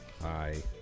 Hi